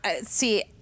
see